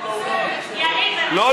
יריב, אנשים,